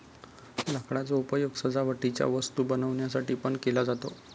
लाकडाचा उपयोग सजावटीच्या वस्तू बनवण्यासाठी पण केला जातो